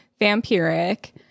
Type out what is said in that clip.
vampiric